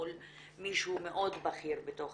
מול מישהו מאוד בכיר בתוך